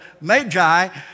Magi